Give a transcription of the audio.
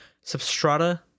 Substrata